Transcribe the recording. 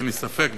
אין לי ספק בכלל.